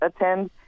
attend